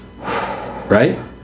right